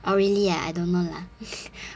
oh really ah I don't know lah